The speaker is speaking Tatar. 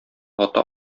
ата